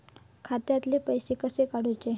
खात्यातले पैसे कसे काडूचे?